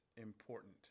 important